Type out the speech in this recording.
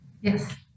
Yes